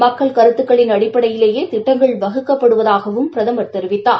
மக்கள் கருத்துக்களின் அடிப்படையிலேயே திட்டங்கள் வகுக்கப்படுவதாகவும் பிரதமர் தெரிவித்தார்